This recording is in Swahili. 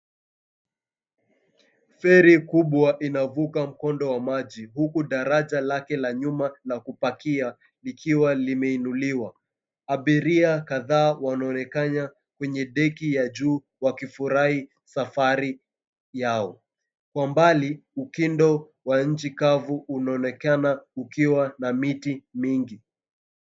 Feri kubwa inavuka mkondo wa maji huku daraja lake la nyuma la kupakia likiwa limeinuliwa. Abiria kadhaa wanaonekana kwenye deki ya juu wakifurahi safari yao. Kwa mbali ukindo wa nchi kavu unaonekana ukiwa na miti mingi.